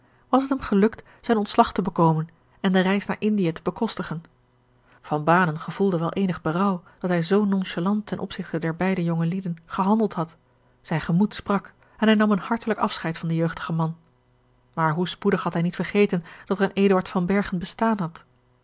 was het hem gelukt zijn ontslag te bekomen en de reis naar indië te bekostigen van banen gevoelde wel eenig berouw dat hij zoo nonchalant ten opzigte der beide jonge lieden gehandeld had zijn gemoed sprak en hij nam een hartelijk afscheid van den jeugdigen man maar hoe spoedig had hij niet vergeten dat er een eduard van bergen bestaan had